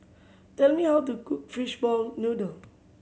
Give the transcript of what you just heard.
tell me how to cook fishball noodle